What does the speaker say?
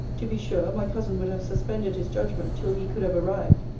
to be sure my cousin would have suspended his judgment till he could have arrived.